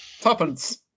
Tuppence